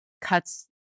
cuts